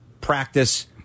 practice